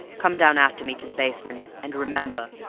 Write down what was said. come down after me to the basement and remember,